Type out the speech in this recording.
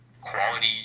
quality